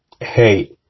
Hey